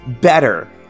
better